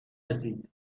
رسید